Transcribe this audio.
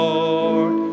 Lord